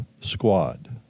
Squad